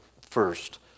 first